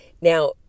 Now